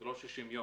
ולא 60 יום.